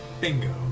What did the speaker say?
Bingo